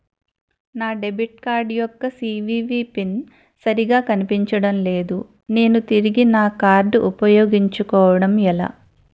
నా debit card యెక్క CVV PIN సరిగా కనిపించడం లేదు నేను తిరిగి నా కార్డ్ఉ పయోగించుకోవడం ఎలా?